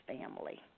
family